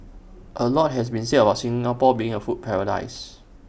A lot has been said about Singapore being A food paradise